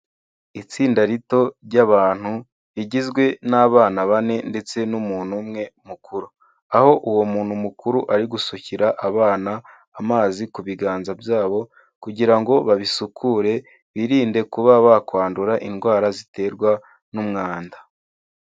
Itsinda rito ry'abantu rigizwe n'abana bane ndetse n'umuntu umwe mukuru, aho uwo muntu mukuru ari gusukira abana amazi ku biganza byabo kugira ngo babisukure, birinde kuba bakwandura indwara ziterwa n'umwanda.